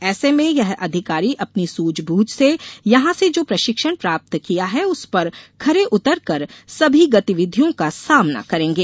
ऐसे में यह अधिकारी अपनी सुझ बूझ से यहां से जो प्रशिक्षण प्राप्त किया है उस पर खरे उतर कर सभी गतिविधियों का सामना करेंगे